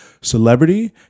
celebrity